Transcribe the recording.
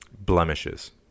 blemishes